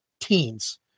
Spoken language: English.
teens